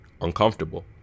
uncomfortable